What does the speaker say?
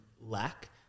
lack